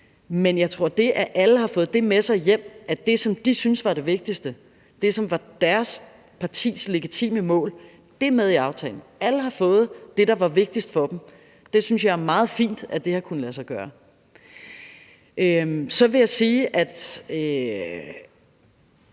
ønskeaftalen, men alle har fået det, som de syntes var det vigtigste, med sig hjem; det, som var deres partis legitime mål, er med i aftalen. Alle har fået det, der var vigtigst for dem. Jeg synes, det er meget fint, at det har kunnet lade sig gøre. Så vil jeg måske sige